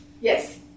Yes